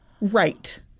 right